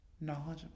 knowledgeable